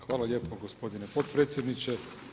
Hvala lijepo gospodine potpredsjedniče.